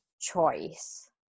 choice